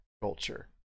culture